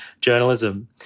journalism